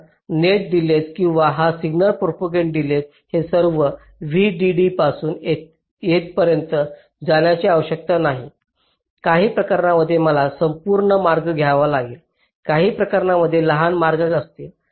तर net delays किंवा हा सिग्नल प्रोपागंट डिलेज हे सर्व VDD पासून येथपर्यंत जाण्याची आवश्यकता नाही काही प्रकरणांमध्ये मला संपूर्ण मार्ग घ्यावा लागेल काही प्रकरणांमध्ये लहान मार्ग असतील